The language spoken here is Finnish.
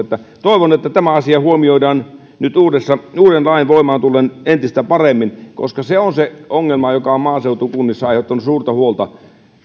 toivon että tämä asia huomioidaan nyt uuden lain voimaan tullen entistä paremmin koska se on se ongelma joka on maaseutukunnissa aiheuttanut suurta huolta